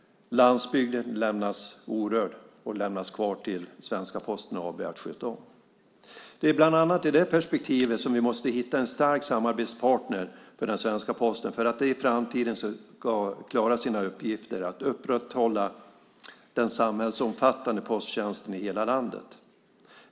Landsbygden lämnas orörd och kvar till svenska Posten AB att sköta om. Det är bland annat i det perspektivet vi måste hitta en stark samarbetspartner för svenska Posten för att den i framtiden ska klara sina uppgifter att upprätthålla den samhällsomfattande posttjänsten i hela landet.